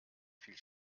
viel